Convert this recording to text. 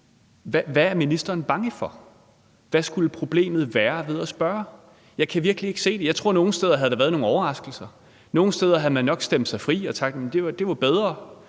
Hvad er ministeren bange for? Hvad skulle problemet være ved at spørge? Jeg kan virkelig ikke se det. Jeg tror, at der nogle steder havde været nogle overraskelser. Nogle steder havde man nok stemt sig fri og sagt: Det var bedre